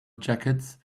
jackets